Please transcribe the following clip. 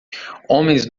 homens